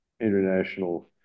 international